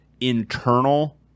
internal